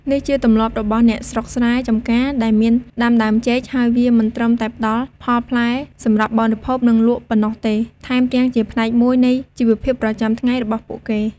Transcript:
នេះជាទម្លាប់របស់អ្នកស្រុកស្រែចំការដែលមានដាំដើមចេក ហើយវាមិនត្រឹមតែផ្ដល់ផលផ្លែសម្រាប់បរិភោគ និងលក់ប៉ុណ្ណោះទេ ថែមទាំងជាផ្នែកមួយនៃជីវភាពប្រចាំថ្ងៃរបស់ពួកគេ។។